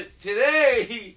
today